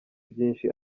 byinshi